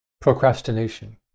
procrastination